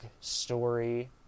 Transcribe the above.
story